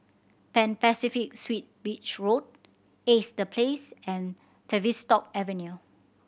Pan Pacific Suites Beach Road Ace The Place and Tavistock Avenue